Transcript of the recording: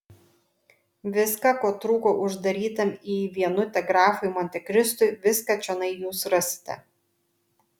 viską ko trūko uždarytam į vienutę grafui montekristui viską čionai jūs rasite